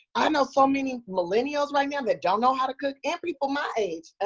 i know so many millennials right now that don't know how to cook, and people my age.